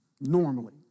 normally